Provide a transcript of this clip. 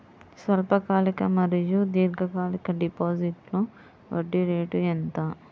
స్వల్పకాలిక మరియు దీర్ఘకాలిక డిపోజిట్స్లో వడ్డీ రేటు ఎంత?